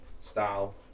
style